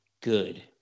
good